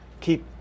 keep